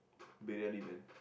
Briyani man